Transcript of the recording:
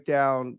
down